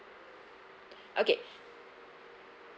okay